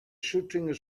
shooting